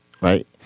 right